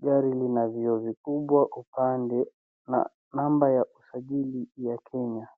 GAri lina vioo vikubwa upande na namba ya usajili ya Kenya.